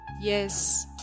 Yes